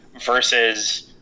versus